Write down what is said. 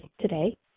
today